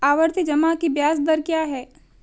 आवर्ती जमा की ब्याज दर क्या है?